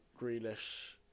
Grealish